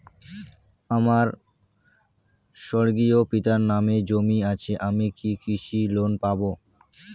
আমার স্বর্গীয় পিতার নামে জমি আছে আমি কি কৃষি লোন পাব?